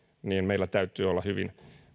meillä täytyy olla hyvin